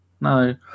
No